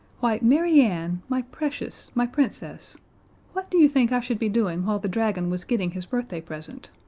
why, mary ann, my precious, my princess what do you think i should be doing while the dragon was getting his birthday present?